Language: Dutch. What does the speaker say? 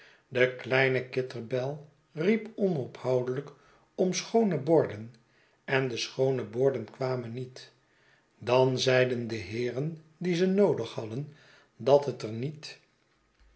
de kleine kitterbell riep onophoudelijk om schoone borden en de schoone borden kwamen niet dan zeiden de heeren die ze noodig hadden dat het er niet